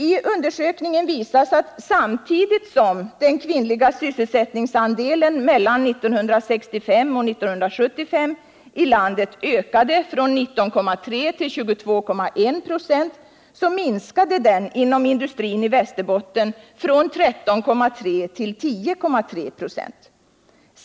I undersökningen visas att samtidigt som den kvinnliga sysselsättningsandelen mellan 1965 och 1975 i landet ökade från 19,3 till 22,1 96 minskade den inom industrin i Västerbotten från 13,3 till 10,3 26.